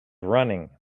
running